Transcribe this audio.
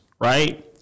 Right